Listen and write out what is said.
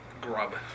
Grub